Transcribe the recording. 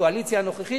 הקואליציה הנוכחית,